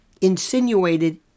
insinuated